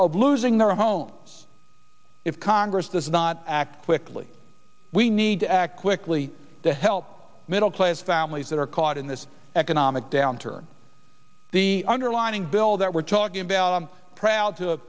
of losing their homes if congress does not act quickly we need to act quickly to help middle class families that are caught in this economic downturn the underlining bill that we're talking about i'm proud to